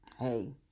hey